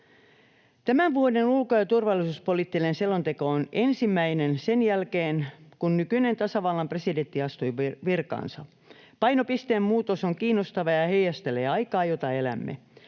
Tämän vuoden ulko‑ ja turvallisuuspoliittinen selonteko on ensimmäinen sen jälkeen, kun nykyinen tasavallan presidentti astui virkaansa. Painopisteen muutos on kiinnostava ja heijastelee aikaa, jota elämme.